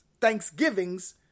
thanksgivings